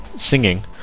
Singing